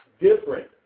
different